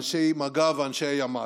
אנשי מג"ב ואנשי ימ"ס.